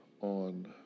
on